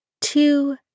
two